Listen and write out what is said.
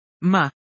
Ma